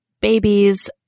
babies